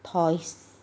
toys